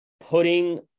putting